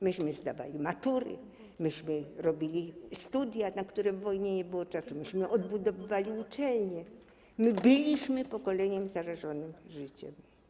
Myśmy zdawali matury, myśmy robili studia, na które podczas wojny nie było czasu, myśmy odbudowywali uczelnie, my byliśmy pokoleniem zarażonym życiem.